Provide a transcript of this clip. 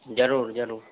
जरूर जरूर